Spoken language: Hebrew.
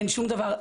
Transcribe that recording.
אין שום דבר,